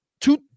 two